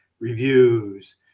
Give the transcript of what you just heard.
reviews